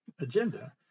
agenda